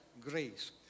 grace